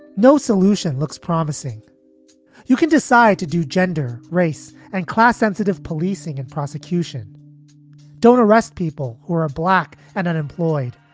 no solution looks promising you can decide to do gender, gender, race and class sensitive policing and prosecution don't arrest people who are ah black and unemployed,